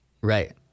Right